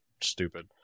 stupid